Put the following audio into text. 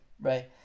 right